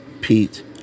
Pete